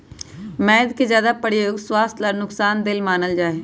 मैद के ज्यादा प्रयोग स्वास्थ्य ला नुकसान देय मानल जाहई